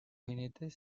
jinetes